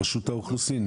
רשות האוכלוסין,